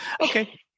Okay